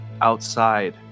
outside